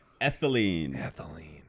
ethylene